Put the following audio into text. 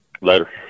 Later